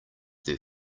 their